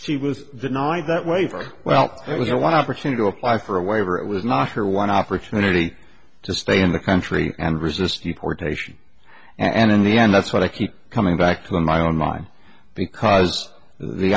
she was that night that way for well it was a one opportunity to apply for a waiver it was not her one opportunity to stay in the country and resist deportation and in the end that's what i keep coming back to in my own mind because the